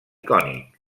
cònic